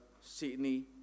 Sydney